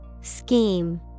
Scheme